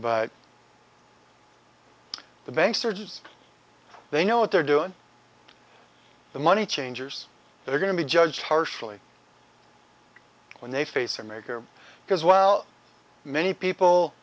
man the banks are just they know what they're doing the money changers they're going to be judged harshly when they face america because well many people